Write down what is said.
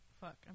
Fuck